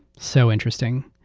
so interesting.